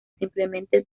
simplemente